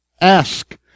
Ask